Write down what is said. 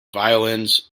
violins